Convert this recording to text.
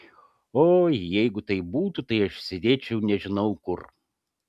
oi jeigu taip būtų tai aš sėdėčiau nežinau kur